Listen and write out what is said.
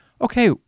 Okay